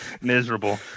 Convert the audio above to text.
miserable